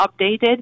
updated